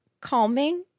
calming